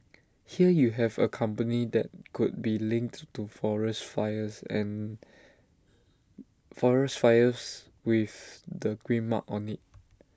here you have A company that could be linked to forest fires and forest fires with the green mark on IT